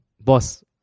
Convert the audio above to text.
boss